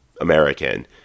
American